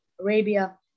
Arabia